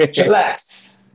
Relax